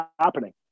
happening